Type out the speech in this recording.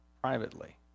privately